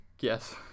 yes